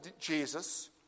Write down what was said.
Jesus